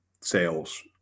sales